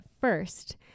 first